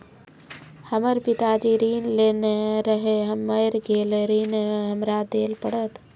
हमर पिताजी ऋण लेने रहे मेर गेल ऋण हमरा देल पड़त?